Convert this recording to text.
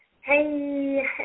Hey